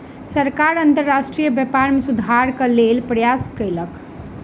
सरकार अंतर्राष्ट्रीय व्यापार में सुधारक लेल प्रयास कयलक